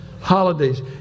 Holidays